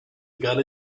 gun